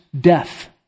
death